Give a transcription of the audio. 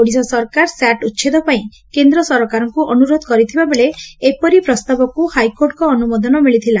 ଓଡ଼ିଶା ସରକାର ସ୍ୟାଟ୍ ଉଛେଦ ପାଇଁ କେନ୍ଦ୍ର ସରକାରଙ୍କୁ ଅନୁରୋଧ କରିଥିବା ବେଳେ ଏପରି ପ୍ରସ୍ତାବକୁ ହାଇକୋର୍ଟଙ୍ଙ ଅନୁମୋଦନ ମିଳିଥିଲା